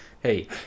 Hey